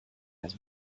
has